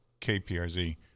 KPRZ